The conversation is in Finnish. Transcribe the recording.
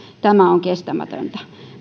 tämä on kestämätöntä